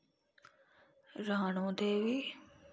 Rano Devi